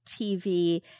TV